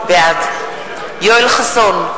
בעד יואל חסון,